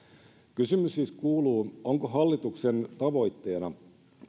kysymys siis kuuluu onko hallituksen tavoitteena